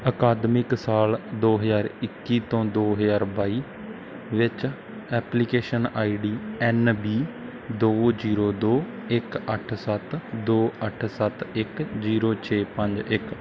ਅਕਾਦਮਿਕ ਸਾਲ ਦੋ ਹਜ਼ਾਰ ਇੱਕੀ ਤੋਂ ਦੋ ਹਜ਼ਾਰ ਬਾਈ ਵਿੱਚ application I D N B ਦੋ ਜੀਰੋ ਦੋ ਇੱਕ ਅੱਠ ਸੱਤ ਦੋ ਅੱਠ ਸੱਤ ਇੱਕ ਜੀਰੋ ਛੇ ਪੰਜ ਇੱਕ